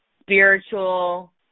spiritual